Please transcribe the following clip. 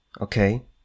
okay